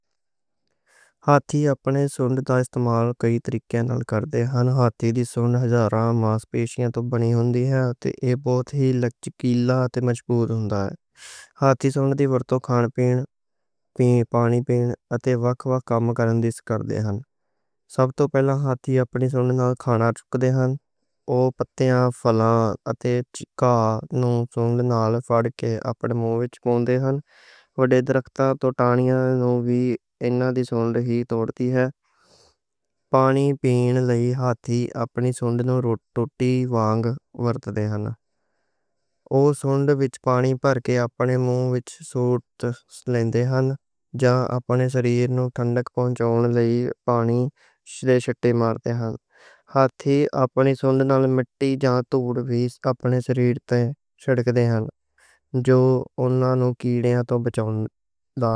ہاتھی اپنے سونڈ استعمال کئی طریقے نال کر دے ہن۔ ہاتھی دی سونڈ ہزاراں ماس پیشیاں توں بنی ہندی ہے تے بہت لچکدار تے مضبوط ہوندا ہے۔ ہاتھی سونڈ دی ورتوں کھان پین، پانی پین تے وکھ وکھ کم کرنے واسطے کر دے ہن۔ سب توں پہلا ہاتھی اپنے سونڈ نال کھانا چک دے ہن او۔ پتاں، پھلاں تے ٹہنیاں نوں سونڈ نال پھڑ کے اپنے مُوں وِچ۔ وڈے درختاں توں ٹہنیاں نوں وی سونڈ ہی توڑ دی ہے۔ پانی پین لئی ہاتھی اپنی سونڈ نوں لوٹے دی طرح ورت دے ہن۔ او سونڈ وچ پانی بھر کے اپنے مُوں وِچ سُٹ لیندے ہن تے اپنے شریر نوں ٹھنڈک پہنچاون لئی پانی دے شٹے ماردے ہن۔ ہاتھی اپنی سونڈ نال مٹی جاں وی اپنے شریر تے چھڑک دے ہن۔ جو انہاں نوں کیڑیاں توں بچاون دا رہے ہن۔